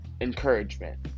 encouragement